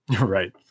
Right